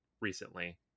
recently